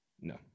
No